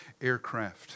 aircraft